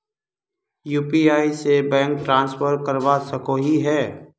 UPI से bank transfer करवा सकोहो ही?